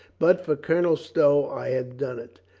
but for colonel stow i had done it.